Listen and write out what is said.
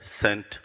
sent